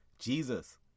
Jesus